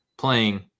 playing